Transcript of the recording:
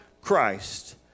Christ